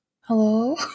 hello